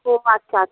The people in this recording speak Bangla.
ও আচ্ছা আচ্ছা